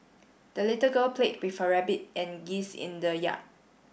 the little girl played with her rabbit and geese in the yard